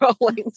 rolling